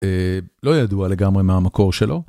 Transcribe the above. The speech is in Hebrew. לא ידוע לגמרי מה המקור שלו.